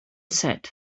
said